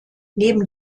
neben